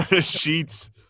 Sheets